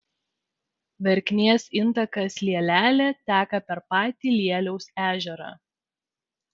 verknės intakas lielelė teka per patį lieliaus ežerą